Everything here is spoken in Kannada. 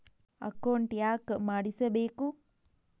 ಅಕೌಂಟ್ ಯಾಕ್ ಮಾಡಿಸಬೇಕು?